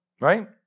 right